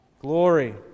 Glory